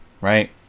Right